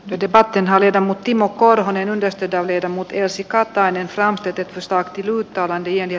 jokivarteen haljeta mut timo korhonen on testata viedä mut tiesi katainen framstetytöstä kirjoittavan pieniä